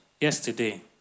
yesterday